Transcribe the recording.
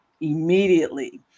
immediately